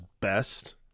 best